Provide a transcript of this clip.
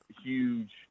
huge